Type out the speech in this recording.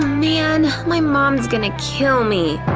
man, my mom's gonna kill me!